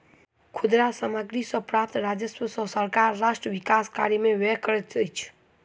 खुदरा सामग्री सॅ प्राप्त राजस्व सॅ सरकार राष्ट्र विकास कार्य में व्यय करैत अछि